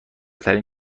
ترین